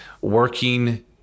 working